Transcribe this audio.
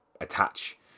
attach